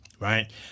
Right